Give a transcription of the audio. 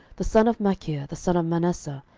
the son of machir, the son of manasseh,